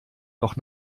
doch